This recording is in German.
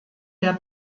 der